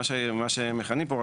מה שמכנים פה,